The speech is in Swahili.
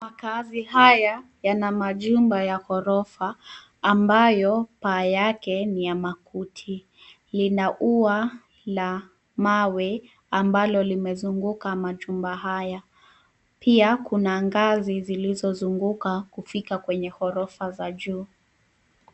Makaazi haya yana majumba ya ghorofa ambayo paa yake ni ya makuti, lina ua la mawe ambalo limezunguka majumba haya, pia kuna ngazi zilizozunguka kufika kwenye ghorfa za juu.